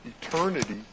Eternity